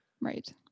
Right